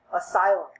asylum